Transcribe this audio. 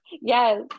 yes